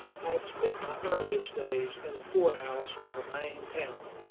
i had spent my earliest days in the poor-house of a maine town,